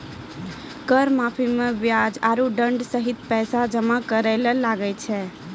कर माफी मे बियाज आरो दंड सहित पैसा जमा करे ले लागै छै